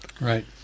Right